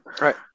Right